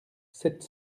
sept